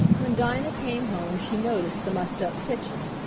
when dinah came home she noticed the mussed-up kitchen,